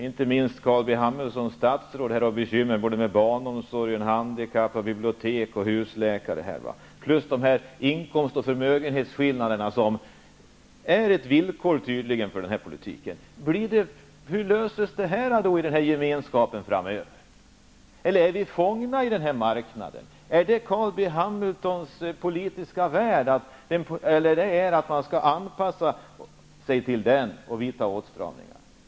Inte minst Carl B. Hamiltons statsråd har bekymmer såväl med barn och handikappomsorg och biblioteksverksamhet som med husläkarsystem. För att inte tala om de här inkomst och förmögenhetsskillnaderna som tydligen är ett villkor för den borgerliga politiken. Hur kommer dessa problem att lösas framöver i Europeiska gemenskapen? Är vi fångna i den här marknaden? Ingår det i Carl B. Hamiltons politiska värld att man skall anpassa sig till den och vidta åtstramningar?